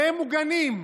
והם מוגנים,